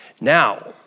now